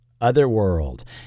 Otherworld